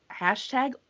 hashtag